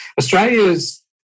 Australia's